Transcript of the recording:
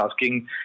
asking